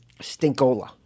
Stinkola